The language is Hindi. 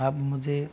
आप मुझे